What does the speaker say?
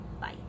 Bye